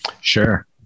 sure